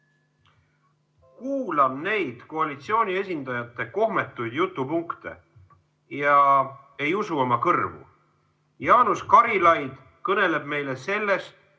Kuulan neid koalitsiooni esindajate kohmetuid jutupunkte ja ei usu oma kõrvu. Jaanus Karilaid kõneleb meile